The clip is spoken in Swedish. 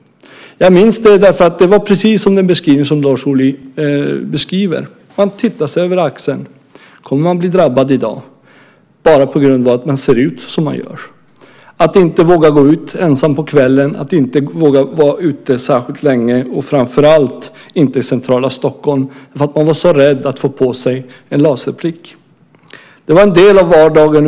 Jag minns det därför att det var precis som Lars Ohly beskriver. Man tittade sig över axeln. Kommer man att bli drabbad i dag bara på grund av att man ser ut som man gör? Att inte våga gå ut ensam på kvällen, att inte våga vara ute särskilt länge och framför allt inte i centrala Stockholm för att man var så rädd för att få på sig en laserprick var en del av vardagen.